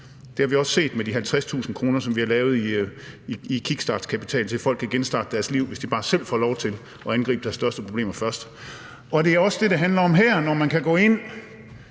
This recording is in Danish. den kickstartskapital på 50.000 kr., som vi har indført, så folk kan genstarte deres liv, hvis de bare selv får lov til at angribe deres største problemer først. Det er også det, det handler om her. Når man kan gå ind